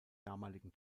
damaligen